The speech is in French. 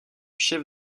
chef